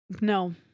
No